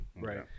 Right